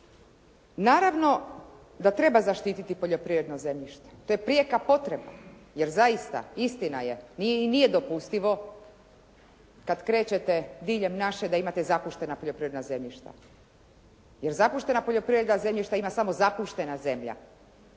Naravno da treba zaštititi poljoprivredno zemljište, to je prijeka potreba. Jer zaista, istina je i nije dopustivo kada krećete diljem naše da imate zapuštena poljoprivredna zemljišta. Jer zapuštena poljoprivredna zemljišta ima samo zapuštena zemlja.